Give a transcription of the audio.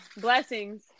blessings